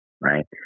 right